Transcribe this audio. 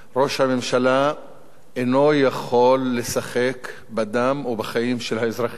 ראש הממשלה אינו יכול לשחק בדם ובחיים של האזרחים.